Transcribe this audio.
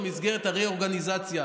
במסגרת הרה-אורגניזציה,